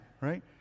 right